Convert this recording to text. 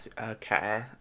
Okay